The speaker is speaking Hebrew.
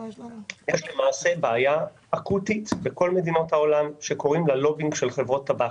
יש למעשה בעיה אקוטית בכל מדינות העולם שקוראים לה לובינג של חברות טבק